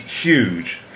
huge